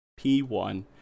P1